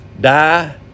die